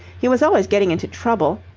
he was always getting into trouble.